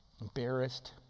embarrassed